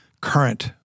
current